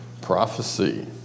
Prophecy